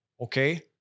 okay